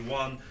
one